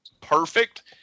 Perfect